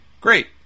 Great